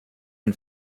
and